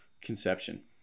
conception